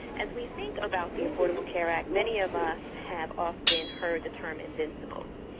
as we think about the affordable care act many of us have often heard the term invincible,